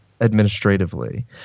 administratively